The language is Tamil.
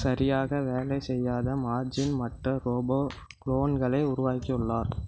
சரியாக வேலை செய்யாத மார்ஜின் மற்ற ரோபோ குளோன்களை உருவாக்கியுள்ளார்